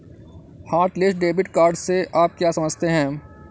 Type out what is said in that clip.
Hotlist debit card से आप क्या समझते हैं?